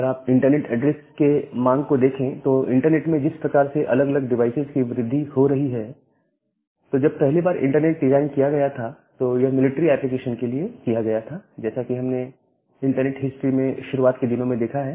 अगर आप internet address के मांग को देखें तो इंटरनेट में जिस प्रकार से अलग अलग डिवाइसेज की वृद्धि हो रही है तो जब पहली बार इंटरनेट डिजाइन किया गया था तो यह मिलिट्री एप्लीकेशन के लिए किया गया था जैसा कि हमने इंटरनेट हिस्ट्री में शुरुआत के दिनों को देखा है